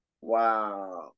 Wow